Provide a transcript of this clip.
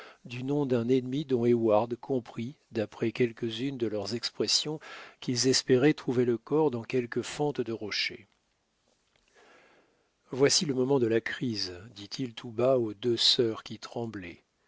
du nom d'un ennemi d ward comprit daprès quelques-unes de leurs expressions qu'ils espéraient trouver le corps dans quelque fente de rocher voici le moment de la crise dit-il tout bas aux deux sœurs qui tremblaient